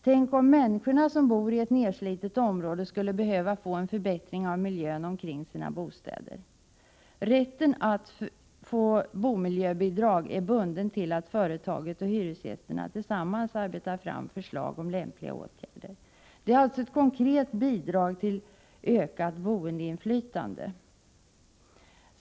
Tänk om människorna som bor i ett nerslitet område skulle behöva få en förbättring av miljön omkring sina bostäder? Rätten att få boendemiljöbidrag är bunden till att företagen och hyresgästerna tillsammans arbetar fram förslag om lämpliga åtgärder. Det är alltså ett konkret bidrag till ökat boendeinflytande.